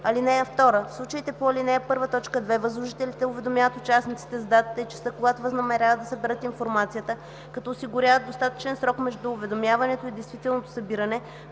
(2) В случаите по ал. 1, т. 2 възложителите уведомяват участниците за датата и часа, когато възнамеряват да съберат информацията, като осигуряват достатъчен срок между уведомяването и действителното събиране,